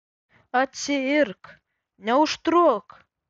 atsiirk neužtruk